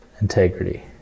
Integrity